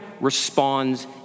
responds